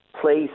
place